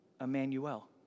Emmanuel